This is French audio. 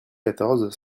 quatorze